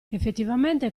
effettivamente